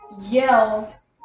yells